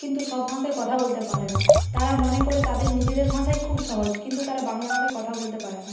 কিন্তু সব ভাষায় কথা বলতে পারে না তারা মনে করে তাদের নিজেদের ভাষাই খুব সহজ কিন্তু তারা বাংলা ভাষায় কথা বলতে পারে না